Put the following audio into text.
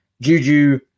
Juju